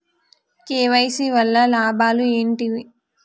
KYC వల్ల లాభాలు ఏంటివి?